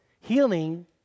Healing